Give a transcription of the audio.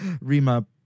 Rima